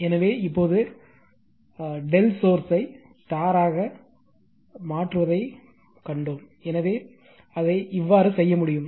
எனவே இப்போது Δ சோர்ஸ்யை சமமாக மாற்றுவதை கண்டோம் எனவே அதை இவ்வாறு செய்ய முடியும்